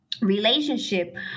relationship